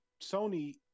Sony